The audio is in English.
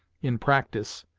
in practise,